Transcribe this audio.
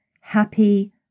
happy